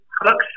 Hooks